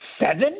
seven